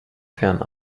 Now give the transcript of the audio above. fern